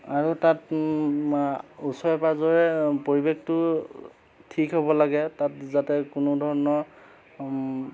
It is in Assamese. আৰু তাত ওচৰে পাঁজৰে পৰিৱেশটো ঠিক হ'ব লাগে তাত যাতে কোনো ধৰণৰ